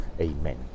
Amen